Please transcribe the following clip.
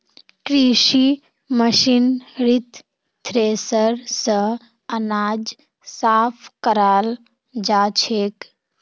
कृषि मशीनरीत थ्रेसर स अनाज साफ कराल जाछेक